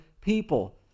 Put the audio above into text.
people